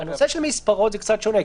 הנושא של מספרות הוא קצת שונה,